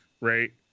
right